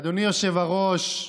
אדוני יושב-הראש,